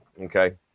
okay